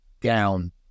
down